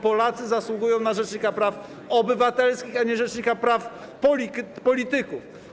Polacy zasługują na rzecznika praw obywatelskich, a nie na rzecznika praw polityków.